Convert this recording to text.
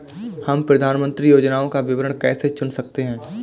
हम प्रधानमंत्री योजनाओं का विकल्प कैसे चुन सकते हैं?